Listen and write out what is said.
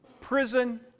prison